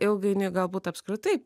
ilgainiui galbūt apskritai